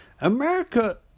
America